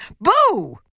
Boo